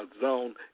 zone